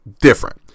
different